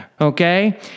Okay